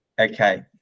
okay